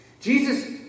Jesus